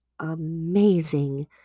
amazing